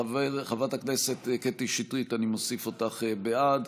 חברת הכנסת קטי שטרית, אני מוסיף אותך בעד.